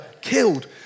killed